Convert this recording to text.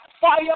fire